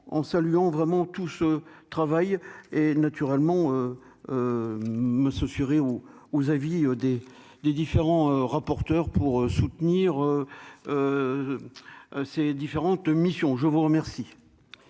en saluant vraiment tout ce travail et naturellement Monsieur sur et on aux avis des des différents rapporteur pour soutenir ses différentes missions, je vous remercie.